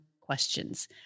questions